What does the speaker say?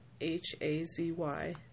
H-A-Z-Y